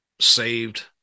saved